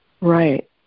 right